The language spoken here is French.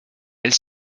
elle